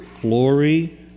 glory